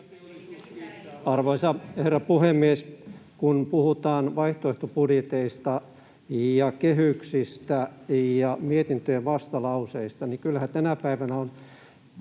Arvoisa herra puhemies! Kun puhutaan vaihtoehtobudjeteista ja kehyksistä ja mietintöjen vastalauseista, niin kyllähän tänä päivänä on